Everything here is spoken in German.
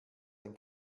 ein